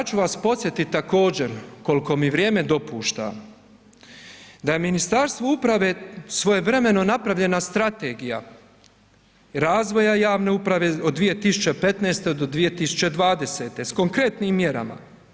Ja ću vas podsjetiti također koliko mi vrijeme dopušta, da Ministarstvo uprave svojevremena napravljena Strategija razvoja javne uprave od 2015. do 2020. s konkretnim mjerama.